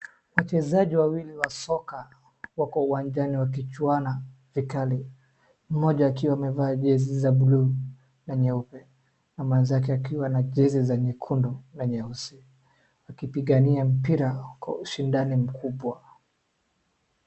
Wachezaji wawili wa soka wako uwanjani wajuana vikali .Mmoja akiwa amevaa jezi za bluu na nyeupe , na mwenzake akiwa na jezi na nyekundu na nyeusi, wakipigania mpira kwa ushindani mkubwa .